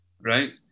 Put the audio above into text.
right